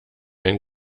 ein